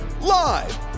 live